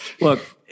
Look